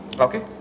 Okay